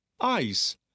Eyes